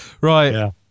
Right